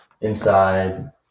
inside